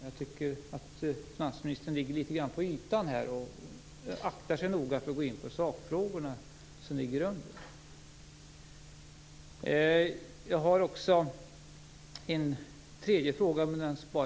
Jag tycker att finansministern håller sig litet grand på ytan här och noga aktar sig för att gå in på sakfrågorna som ligger under.